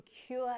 secure